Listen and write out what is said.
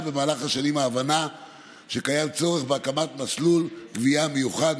במהלך השנים ההבנה שקיים צורך בהקמת מסלול גבייה מיוחד,